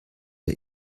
der